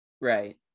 right